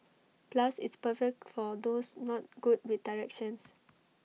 plus it's perfect for those not good with directions